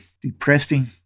depressing